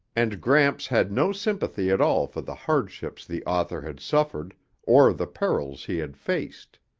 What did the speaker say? and gramps had no sympathy at all for the hardships the author had suffered or the perils he had faced.